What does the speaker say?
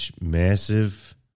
massive